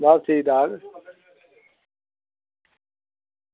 बस ठीक ठाक